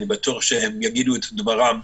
אני בטוח שהם יגידו את דברם.